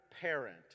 parent